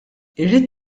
irrid